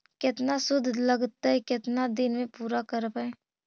केतना शुद्ध लगतै केतना दिन में पुरा करबैय?